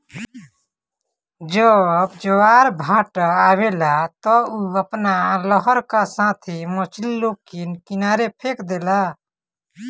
जब ज्वारभाटा आवेला त उ अपना लहर का साथे मछरी लोग के किनारे फेक देला